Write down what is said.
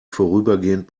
vorübergehend